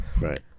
Right